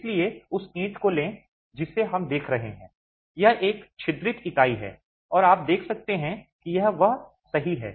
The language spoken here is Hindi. इसलिए उस ईंट को लें जिसे हम देख रहे हैं यह एक छिद्रित इकाई है और आप देख सकते हैं कि यह सही है